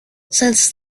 since